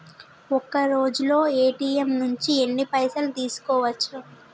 ఒక్కరోజులో ఏ.టి.ఎమ్ నుంచి ఎన్ని పైసలు తీసుకోవచ్చు?